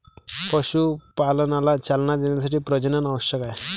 पशुपालनाला चालना देण्यासाठी प्रजनन आवश्यक आहे